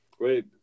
Wait